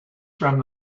from